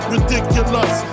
Ridiculous